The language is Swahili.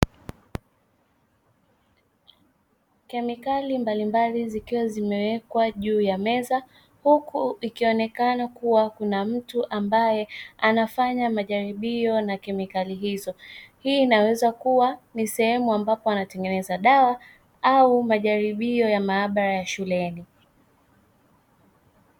Kemikali mbalimbali zikiwa zimewekwa juu ya meza huku ikionekana kuwa kuna mtu ambaye anafanya majaribio na kemikali izo, hii inaweza kuwa ni sehemu ambapo wanatengeneza dawa au majaribio ya maabara ya shuleni.